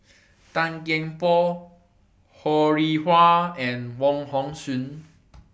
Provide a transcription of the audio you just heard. Tan Kian Por Ho Rih Hwa and Wong Hong Suen